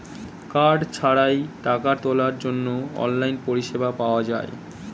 card ছাড়াই টাকা তোলার জন্য অনলাইন পরিষেবা পাওয়া যায়